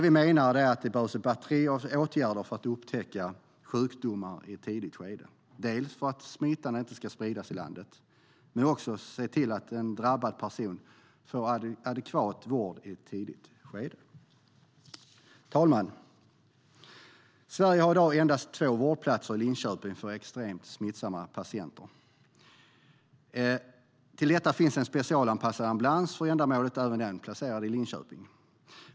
Vi menar att det behövs ett batteri av åtgärder för att upptäcka sjukdomar i ett tidigt skede, dels för att smittan inte ska spridas i landet, dels för att se till att en drabbad person får adekvat vård i ett tidigt skede. Herr talman! Sverige har i dag endast två vårdplatser i Linköping för extremt smittsamma patienter. Till detta kommer en specialanpassad ambulans för ändamålet, även den placerad i Linköping.